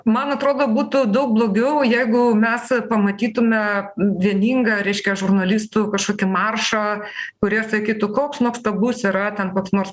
man atrodo būtų daug blogiau jeigu mes pamatytume vieningą reiškia žurnalistų kažkokį maršą kurie sakytų koks nuostabus yra ten koks nors